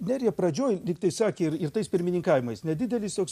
nerija pradžioj lyg tai sakė ir ir tais pirmininkavimais nedidelis toks